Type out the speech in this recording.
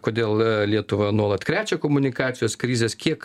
kodėl lietuvą nuolat krečia komunikacijos krizes kiek